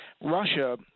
Russia